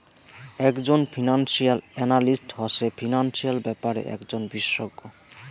একজন financial analyst হসে financial ব্যাপারে একজন বিশষজ্ঞ